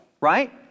right